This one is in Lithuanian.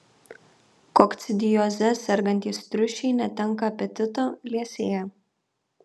kokcidioze sergantys triušiai netenka apetito liesėja